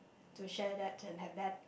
to share that turn have that